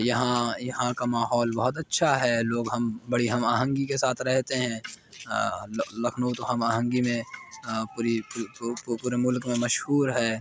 یہاں یہاں کا ماحول بہت اچھا ہے لوگ ہم بڑی ہم آہنگی کے ساتھ رہتے ہیں لکھنو تو ہم آہنگی میں پوری پورے ملک میں مشہور ہے